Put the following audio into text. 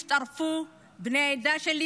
הצטרפו בני העדה שלי,